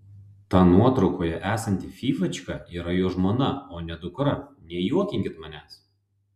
ta nuotraukoje esanti fyfačka yra jo žmona o ne dukra nejuokinkit manęs